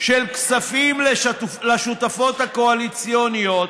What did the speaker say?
של כספים לשותפות הקואליציוניות,